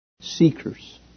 seekers